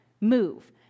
move